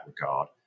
regard